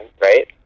right